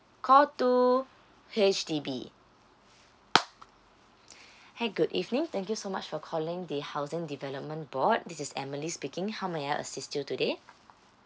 call two H_D_B hi good evening thank you so much for calling the housing development board this is emily speaking how may I assist you today